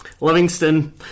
Livingston